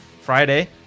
Friday